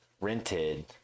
rented